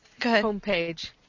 homepage